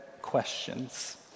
questions